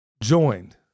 joined